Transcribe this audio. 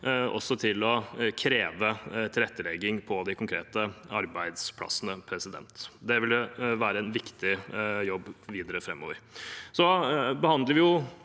ha til å kreve tilrettelegging på de konkrete arbeidsplassene. Det vil være en viktig jobb videre framover. Vi behandler også